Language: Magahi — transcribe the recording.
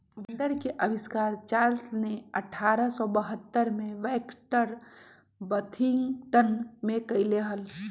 बाइंडर के आविष्कार चार्ल्स ने अठारह सौ बहत्तर में बैक्सटर विथिंगटन में कइले हल